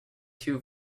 two